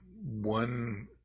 one